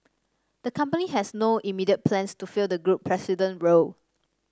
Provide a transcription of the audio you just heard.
the company has no immediate plans to fill the group president role